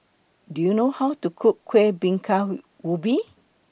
Do YOU know How to Cook Kueh Bingka Ubi